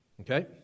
Okay